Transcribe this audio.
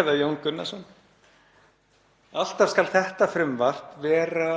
eða Jón Gunnarsson. Alltaf skal þetta frumvarp vera